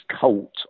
cult